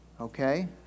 Okay